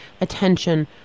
attention